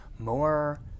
more